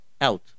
out